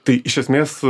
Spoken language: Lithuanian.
tai iš esmės